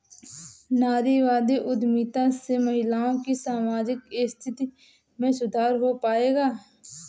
नारीवादी उद्यमिता से महिलाओं की सामाजिक स्थिति में सुधार हो पाएगा?